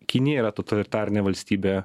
kinija yra totalitarinė valstybė